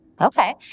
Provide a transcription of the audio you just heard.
Okay